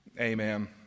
Amen